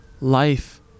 life